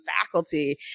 faculty